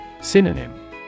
Synonym